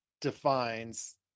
defines